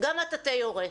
גם מטאטא יורה,